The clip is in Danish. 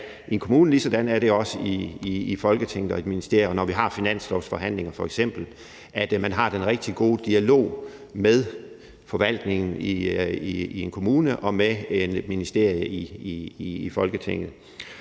ligesådan er det også i Folketinget og i et ministerium, når vi f.eks. har finanslovsforhandlinger: Man har den rigtig gode dialog med forvaltningen i en kommune og med ministeriet i Folketinget.